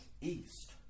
East